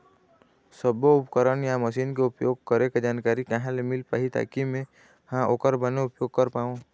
सब्बो उपकरण या मशीन के उपयोग करें के जानकारी कहा ले मील पाही ताकि मे हा ओकर बने उपयोग कर पाओ?